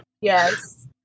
Yes